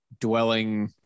dwelling